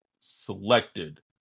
selected